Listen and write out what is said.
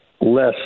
less